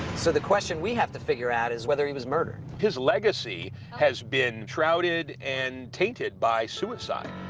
so the question we have to figure out is whether he was murdered. his legacy has been shrouded and tainted by suicide.